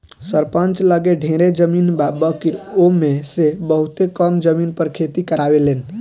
सरपंच लगे ढेरे जमीन बा बाकिर उ ओमे में से बहुते कम जमीन पर खेती करावेलन